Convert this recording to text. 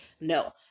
no